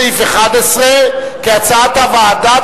הוועדה,